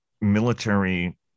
military